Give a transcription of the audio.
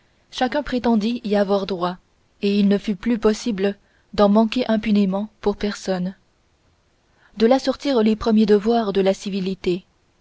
chacun prétendit y avoir droit et il ne fut plus possible d'en manquer impunément pour personne de là sortirent les premiers devoirs de la civilité